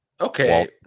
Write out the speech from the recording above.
Okay